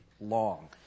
long